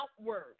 outward